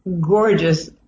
gorgeous